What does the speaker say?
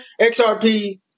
xrp